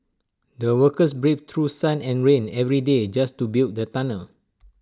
the workers braved through sun and rain every day just to build the tunnel